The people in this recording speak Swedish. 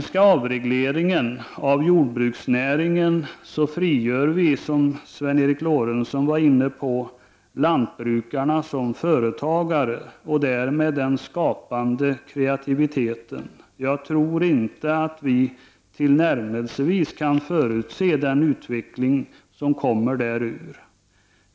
Genom avregleringen av jordbruksnäringen kommer vi, som Sven Eric Lorentzon berörde, att frigöra lantbrukarna som företagare och därmed också kreativiteten. Jag tror inte att vi till närmelsevis kan förutse den utveckling som följer av detta.